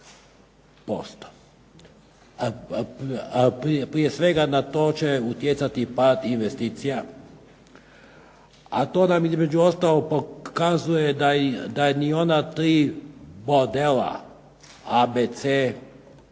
Prije svega na to će utjecati i pad investicija, a to nam između ostalog pokazuje da ni ona tri modela A, B,